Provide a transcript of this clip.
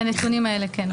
מהנתונים האלה כן.